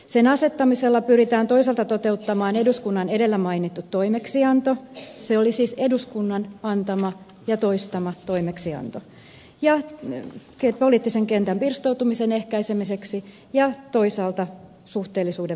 sen asettamisella pyritään toisaalta toteuttamaan eduskunnan edellä mainittu toimeksianto se oli siis eduskunnan antama ja toistama toimeksianto poliittisen kentän pirstoutumisen ehkäisemiseksi ja toisaalta suhteellisuuden vahvistamiseksi